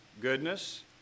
goodness